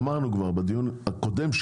אמרנו כבר בדיון הקודם,